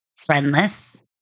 friendless